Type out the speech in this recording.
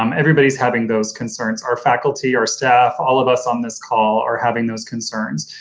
um everybody's having those concerns our faculty, our staff, all of us on this call are having those concerns.